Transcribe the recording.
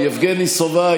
יבגני סובה,